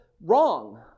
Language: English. wrong